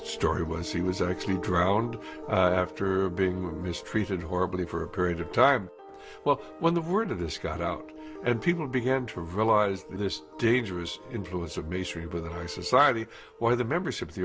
story was he was actually droned after being mistreated horribly for a period of time well when the word to describe it out and people began to realise this dangerous influence of misery within our society or the members of the